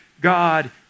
God